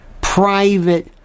private